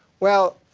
well,